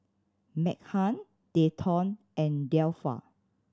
Meghann Dayton and Delpha